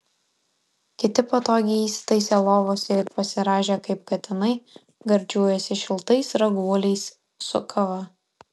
kiti patogiai įsitaisę lovose ir pasirąžę kaip katinai gardžiuojasi šiltais raguoliais su kava